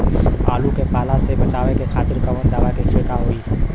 आलू के पाला से बचावे के खातिर कवन दवा के छिड़काव होई?